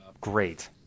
great